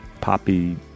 poppy